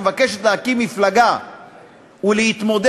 שמבקשת להקים מפלגה ולהתמודד,